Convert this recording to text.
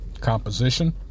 composition